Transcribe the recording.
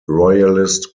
royalist